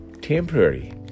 temporary